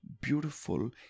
beautiful